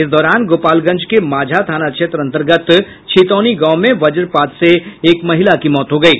इस दौरान गोपालगंज के माझा थाना क्षेत्र अन्तर्गत छितौनी गांव में वजपात से एक महिला की मौत हो गयी